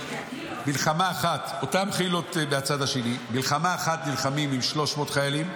מלחמה אחת אותם חילות בצד השני מלחמה אחת נלחמים עם 300 חיילים,